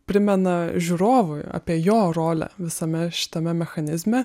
primena žiūrovui apie jo rolę visame šitame mechanizme